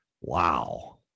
Wow